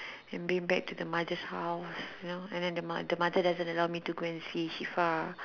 and bring back to the mother's house you know and then the mo~ the mother doesn't allow me to go and see Shifa